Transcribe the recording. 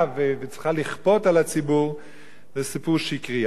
וצריכה לכפות על הציבור זה סיפור שקרי.